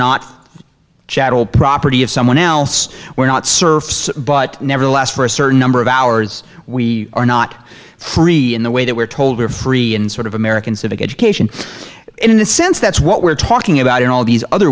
not chattel property of someone else we're not serfs but nevertheless for a certain number of hours we are not free in the way that we're told are free in sort of american civic education in the sense that's what we're talking about in all these other